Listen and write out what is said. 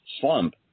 slump